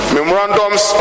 Memorandums